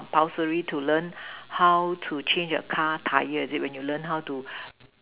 compulsory to learn how to change your car Tyre is it when you learn how to